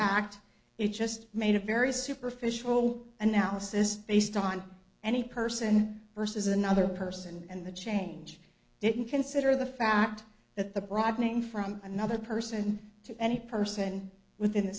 act it just made a very superficial analysis based on any person versus another person and the change didn't consider the fact that the broadening from another person to any person within